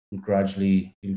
gradually